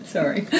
Sorry